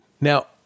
Now